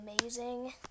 amazing